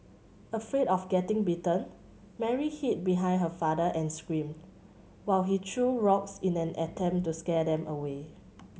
afraid of getting bitten Mary hid behind her father and screamed while he threw rocks in an attempt to scare them away